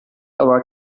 aber